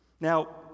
Now